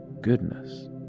goodness